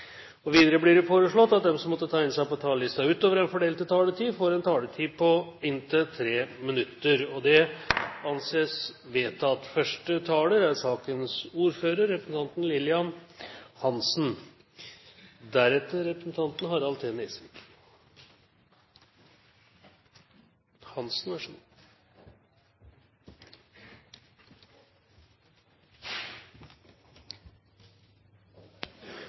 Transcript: taletid. Videre blir det foreslått at de som måtte tegne seg på talerlisten utover den fordelte taletid, får en taletid på inntil 3 minutter. – Det anses vedtatt. Som saksordfører er